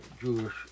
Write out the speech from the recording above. Jewish